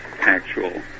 actual